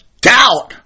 doubt